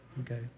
Okay